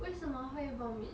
为什么会 vomit